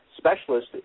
Specialist